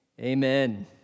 amen